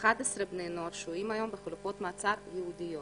11 בני נוער שוהים היום בחלופות מעצר ייעודיות.